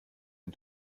ein